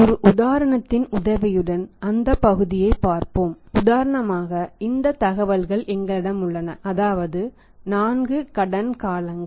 ஒரு உதாரணத்தின் உதவியுடன் அந்த பகுதியைப் பார்ப்போம் உதாரணமாக இந்த தகவல்கள் எங்களிடம் உள்ளன அதாவது 4 கடன் காலங்கள்